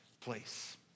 place